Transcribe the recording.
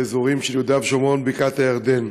באזורים של יהודה ושומרון ובקעת הירדן.